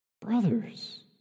brothers